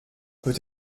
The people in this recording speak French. peut